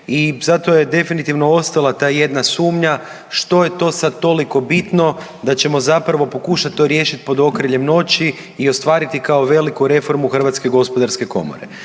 i zato je definitivno ostala ta jedna sumnja što je to sad toliko bitno da ćemo zapravo pokušat to riješiti pod okriljem noći i ostvariti kao veliku reformu Hrvatske gospodarske komore.